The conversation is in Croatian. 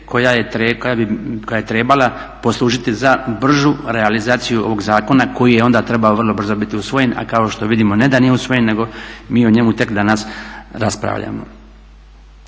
koja je trebala poslužiti za bržu realizaciju ovog zakona koji je onda trebao vrlo brzo biti usvojen a kao što vidimo ne da nije usvojen, nego mi o njemu tek danas raspravljamo.